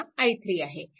हा i3आहे